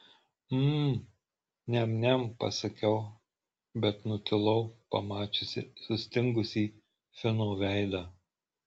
mm niam niam pasakiau bet nutilau pamačiusi sustingusį fino veidą